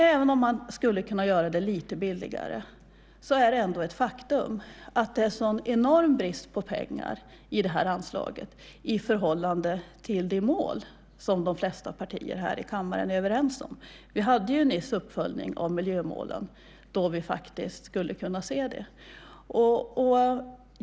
Även om man skulle kunna göra det lite billigare är det ett faktum att det är en enorm brist på pengar i det här anslaget i förhållande till de mål som de flesta partier i kammaren är överens om. Vi hade nyss en uppföljning av miljömålen då vi såg detta.